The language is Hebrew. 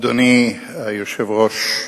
אדוני היושב-ראש,